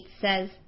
says